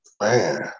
Man